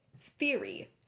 theory